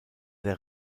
der